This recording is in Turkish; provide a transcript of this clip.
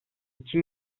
iki